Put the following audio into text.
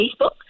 Facebook